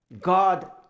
God